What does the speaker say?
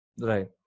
Right